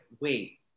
wait